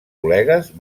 col·legues